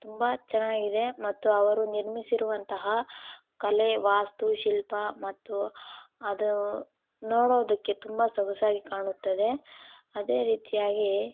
ತುಂಬ ಚೆನ್ನಾಗಿದೆ ಮತ್ತು ಅವರು ನಿರ್ಮಿಸಿರುವಂತಹ ಕಲೆ ವಾಸ್ತು ಶಿಲ್ಪ ಮತ್ತು ಅದು ನೋಡೋದಕ್ಕೆ ತುಂಬ ಸೊಗಸಾಗಿ ಕಾಣುತ್ತದೆ ಅದೇ ರೀತಿಯಾಗಿ